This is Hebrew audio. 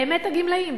באמת הגמלאים,